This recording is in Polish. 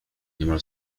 niemal